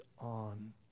on